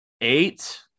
eight